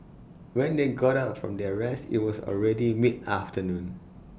when they woke up from their rest IT was already mid afternoon